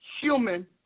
human